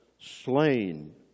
slain